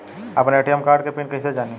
आपन ATM card के pin कईसे जानी?